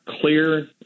clear